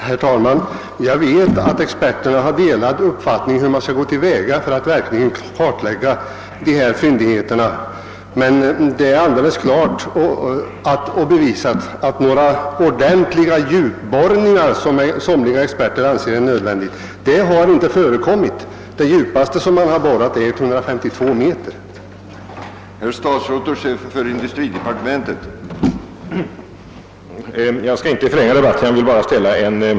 Herr talman! Jag vet att experterna har delade uppfattningar om hur man skall gå till väga för att kartlägga ifrågavarande fyndigheter. Det är emellertid bevisligen sant att några ordentliga djupborrningar, vilka av somliga experter bedöms vara nödvändiga, inte har förekommit. De djupaste borrningar som utförts har gått ned till 152 m under markytan.